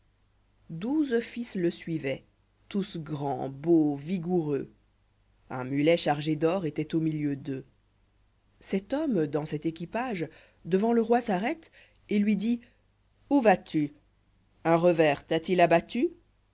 douze fils le suivoiént tous grands beaux vigoureux un mulet chargé d'or étoit àù milieu d'eux cet homme dans cet équipage devant le roi s'arrête et lui dit où vas-tu un revers t'a-t-il